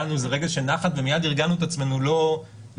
היה לנו איזה רגע של נחת ומייד הרגענו את עצמנו לא לשמוח